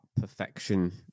perfection